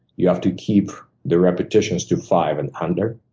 you have to keep the repetitions to five and under.